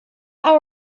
how